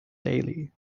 daily